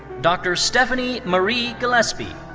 dr. stephanie marie gillespie.